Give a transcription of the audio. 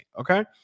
Okay